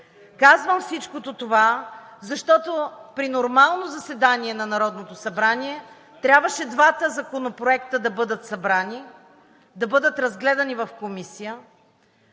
Казвам всичкото това, защото при нормално заседание на Народното събрание трябваше двата законопроекта да бъдат събрани, да бъдат разгледани в комисия,